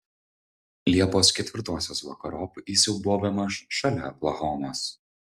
liepos ketvirtosios vakarop jis jau buvo bemaž šalia oklahomos